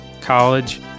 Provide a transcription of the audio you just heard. college